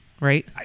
right